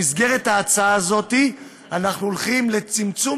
במסגרת ההצעה הזאת אנחנו הולכים לצמצום,